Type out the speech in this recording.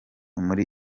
muri